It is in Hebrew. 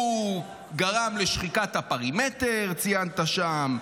הוא גרם לשחיקת הפרימטר, ציינת שם,